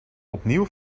opnieuw